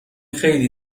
خیلی